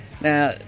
Now